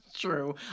true